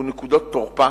ונקודות תורפה